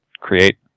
create